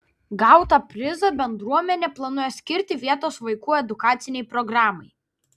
gautą prizą bendruomenė planuoja skirti vietos vaikų edukacinei programai